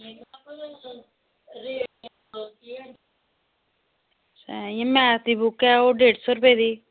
इ'यां मैथ दी बुक ऐ ओह् डैड सो रपये दी